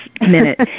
minute